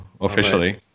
officially